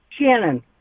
Shannon